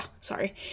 Sorry